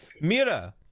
Mira